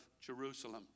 Jerusalem